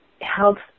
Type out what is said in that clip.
helps